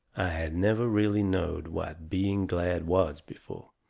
had never really knowed what being glad was before.